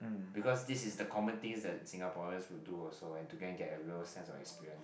because this is the common things that Singaporeans will do also and to gang get a real sense of experience